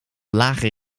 lager